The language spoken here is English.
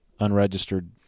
Unregistered